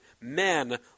Men